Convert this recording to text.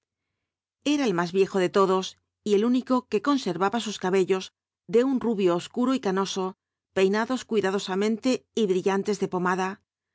era el más viejo de todos y el único que conservaba sus cabellos de un rubio obscuro y canoso peinados cuidadosamente y brillantes de pomada